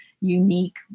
unique